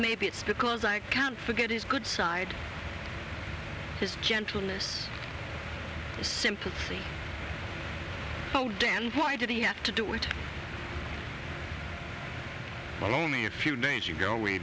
maybe it's because i can't forget his good side his gentleness sympathy oh dan why did he have to do it well only a few days ago we